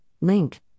link